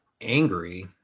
angry